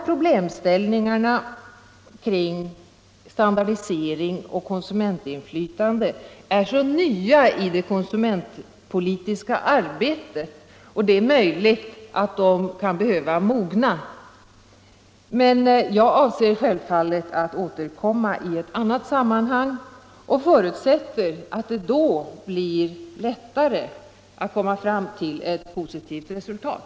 Problemställningarna kring standardisering och konsumentinflytande är nya i det konsumentpolitiska arbetet, och det är möjligt att de kan behöva mogna. Jag avser självfallet att återkomma i ett annat sammanhang och förutsätter att det då blir lättare att komma fram till ett positivt resultat.